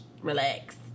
Relax